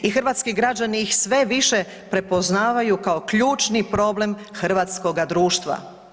I hrvatski građani ih sve više prepoznaju kao ključni problem hrvatskoga društva.